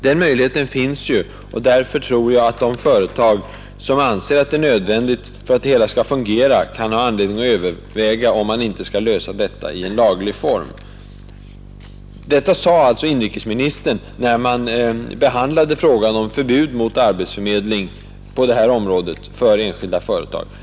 Den möjligheten finns ju, och därför tror jag att de företag som anser att det är nödvändigt för att det hela skall fungera kan ha anledning överväga om man inte kan lösa detta i en laglig form.” Detta sade alltså inrikesministern när man behandlade frågan om förbud mot arbetsförmedling för enskilda företag.